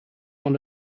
one